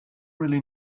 really